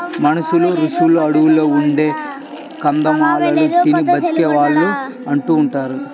మునులు, రుషులు అడువుల్లో ఉండే కందమూలాలు తిని బతికే వాళ్ళు అంటుంటారు